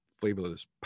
flavorless